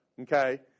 okay